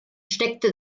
steckte